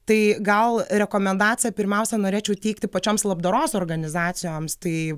tai gal rekomendaciją pirmiausia norėčiau teikti pačioms labdaros organizacijoms tai